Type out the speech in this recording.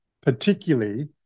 particularly